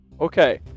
Okay